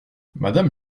madame